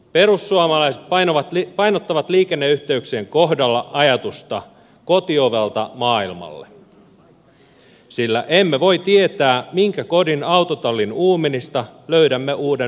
perussuomalaiset painottavat liikenneyhteyksien kohdalla ajatusta kotiovelta maailmalle sillä emme voi tietää minkä kodin autotallin uumenista löydämme uuden menestystuotteemme